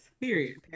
Period